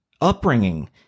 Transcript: upbringing